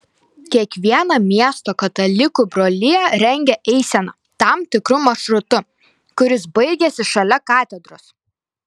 kiekviena miesto katalikų brolija rengia eiseną tam tikru maršrutu kuris baigiasi šalia katedros